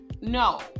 No